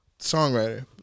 songwriter